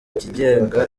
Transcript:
ikigega